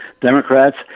Democrats